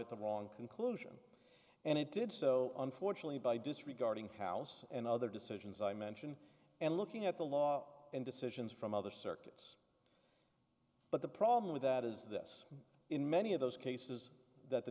at the wrong conclusion and it did so unfortunately by disregarding house and other decisions i mention and looking at the law and decisions from other circuits but the problem with that is this in many of those cases that the